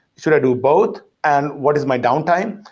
should i do both? and what is my downtime?